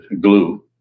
glue